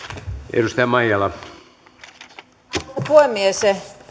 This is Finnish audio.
arvoisa puhemies